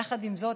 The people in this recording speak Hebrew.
יחד עם זאת,